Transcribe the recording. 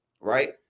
right